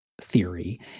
theory